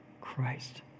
Christ